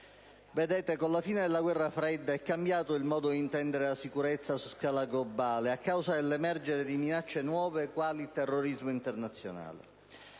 anni. Con la fine della guerra fredda è cambiato il modo di intendere la sicurezza su scala globale, a causa dell'emergere di minacce nuove quali il terrorismo internazionale.